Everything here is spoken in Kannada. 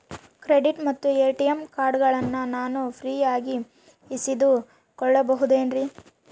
ಕ್ರೆಡಿಟ್ ಮತ್ತ ಎ.ಟಿ.ಎಂ ಕಾರ್ಡಗಳನ್ನ ನಾನು ಫ್ರೇಯಾಗಿ ಇಸಿದುಕೊಳ್ಳಬಹುದೇನ್ರಿ?